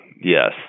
yes